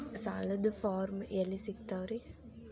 ಸಾಲದ ಫಾರಂ ಎಲ್ಲಿ ಸಿಕ್ತಾವ್ರಿ?